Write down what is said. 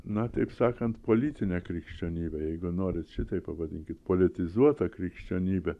na taip sakant politinė krikščionybė jeigu norit šitaip pavadinkit politizuota krikščionybė